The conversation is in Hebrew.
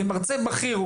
כמרצה בכיר,